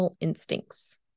instincts